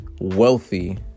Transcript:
wealthy